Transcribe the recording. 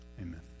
Amen